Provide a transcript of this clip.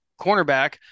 cornerback